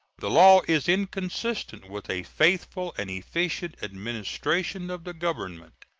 the law is inconsistent with a faithful and efficient administration of the government.